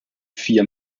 vier